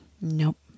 Nope